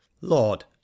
lord